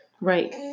Right